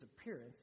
appearance